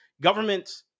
Government